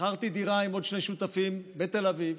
שכרתי דירה עם עוד שני שותפים בתל אביב,